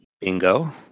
bingo